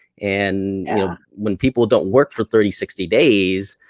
and when people don't work for thirty, sixty days,